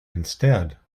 instead